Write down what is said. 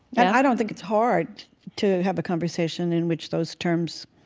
i don't think it's hard to have a conversation in which those terms